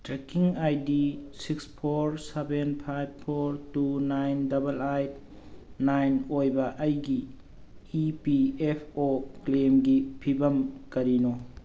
trekking I D six four seven five four two nine double eight nine ꯑꯣꯏꯕ ꯑꯩꯒꯤ E P F O ꯀ꯭ꯂꯦꯝꯒꯤ ꯐꯤꯕꯝ ꯀꯔꯤꯅꯣ